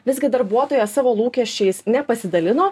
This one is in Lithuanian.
visgi darbuotoja savo lūkesčiais nepasidalino